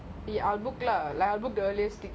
I don't understand let's say you get